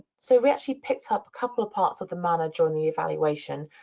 so we actually picked up a couple of parts of the manor during the evaluation.